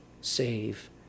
save